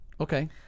Okay